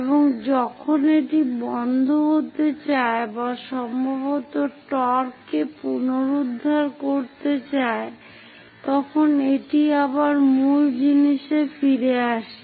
এবং যখন এটি বন্ধ হতে চায় বা সম্ভবত টর্ক কে পুনরুদ্ধার করতে চায় তখন এটি আবার মূল জিনিসে ফিরে আসে